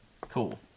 Cool